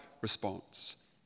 response